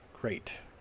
great